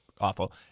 awful